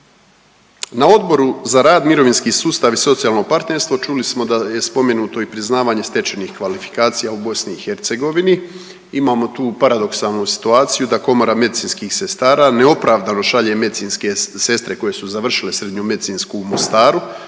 Na Odboru za rad, mirovinski sustav i socijalno partnerstvo čuli smo da je spomenuto i priznavanje stečenih kvalifikacija u BiH. Imamo tu paradoksalnu situaciju da Komora medicinskih sestara neopravdano šalje medicinske sestre koje su završili Srednju medicinsku u Mostaru